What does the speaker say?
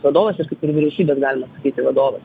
vadovas ir kaip ir vyriausybės galima sakyti vadovas